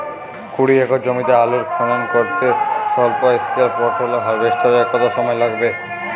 কুড়ি একর জমিতে আলুর খনন করতে স্মল স্কেল পটেটো হারভেস্টারের কত সময় লাগবে?